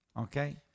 Okay